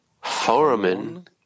foramen